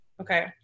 Okay